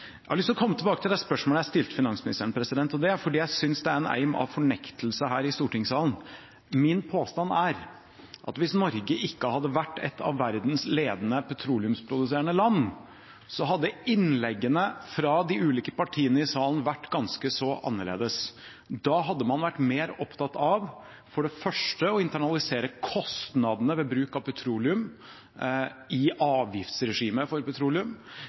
Jeg har lyst til å komme tilbake til det spørsmålet jeg stilte finansministeren, og det er fordi jeg synes det er en eim av fornektelse her i stortingssalen. Min påstand er at hvis Norge ikke hadde vært et av verdens ledende petroleumsproduserende land, hadde innleggene fra de ulike partiene i salen vært ganske så annerledes. Da hadde man vært mer opptatt av for det første å internalisere kostnadene ved bruk av petroleum i avgiftsregimet for petroleum,